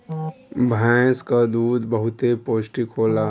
भैंस क दूध बहुते पौष्टिक होला